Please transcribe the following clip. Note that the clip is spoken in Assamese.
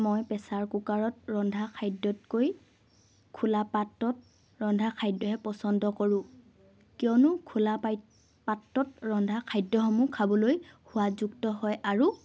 মই প্ৰেচাৰ কুকাৰত ৰন্ধা খাদ্যতকৈ খোলা পাত্ৰত ৰন্ধা খাদ্যহে পচন্দ কৰোঁ কিয়নো খোলা পাত্ৰত ৰন্ধা খাদ্যসমূহ খাবলৈ সোৱাদযুক্ত হয় আৰু